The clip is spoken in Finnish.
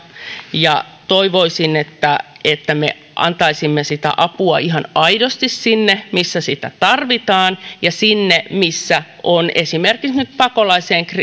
ja toivoisin että että me antaisimme sitä apua ihan aidosti sinne missä sitä tarvitaan ja sinne missä ovat esimerkiksi nyt